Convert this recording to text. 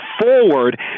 forward